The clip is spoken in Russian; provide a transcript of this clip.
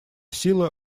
сила